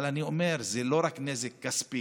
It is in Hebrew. אבל אני אומר, זה לא רק נזק כספי,